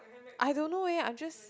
I don't know eh I'm just